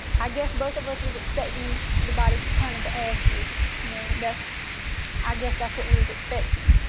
i guess both of us was expecting the body to turn into ashes. you know, that's i guess that's what we was expecting.